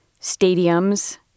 stadiums